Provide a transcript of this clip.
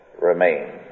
remain